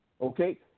Okay